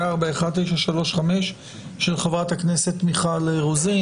פ/1935/24, של חה"כ מיכל רוזין.